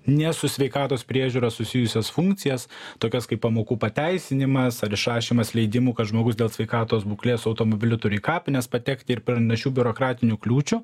nes su sveikatos priežiūra susijusias funkcijas tokias kaip pamokų pateisinimas ar išrašymas leidimų kad žmogus dėl sveikatos būklės automobiliu turi į kapines patekti ir panašių biurokratinių kliūčių